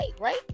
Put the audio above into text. right